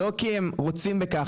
לא כי הם רוצים בכך,